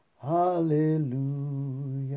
Hallelujah